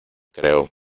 creo